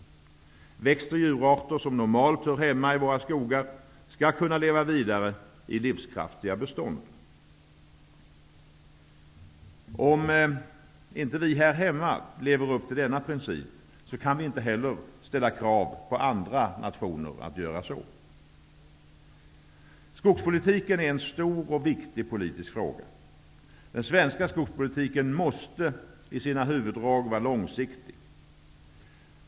Växt och djurarter som normalt hör hemma i våra skogar skall kunna leva vidare i livskraftiga bestånd. Om inte vi här hemma lever upp till denna princip kan vi heller inte ställa krav på andra nationer att de skall göra det. Skogspolitiken är en stor och viktig politisk fråga. Den svenska skogspolitiken måste i sina huvuddrag vara långsiktig.